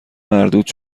مردود